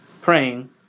praying